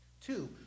Two